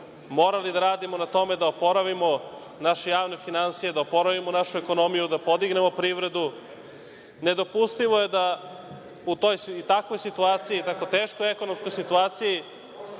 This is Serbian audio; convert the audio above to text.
morali da radimo na tome da oporavimo naše javne finansije, da oporavimo našu ekonomiju da podignemo privredu. Nedopustivo je da u toj i takvoj situaciji, dakle teškoj ekonomskoj situaciji